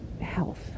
health